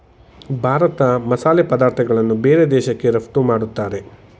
ಭಾರತ ಮಸಾಲೆ ಪದಾರ್ಥಗಳನ್ನು ಬೇರೆ ದೇಶಕ್ಕೆ ರಫ್ತು ಮಾಡತ್ತರೆ